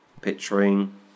picturing